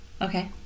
okay